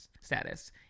status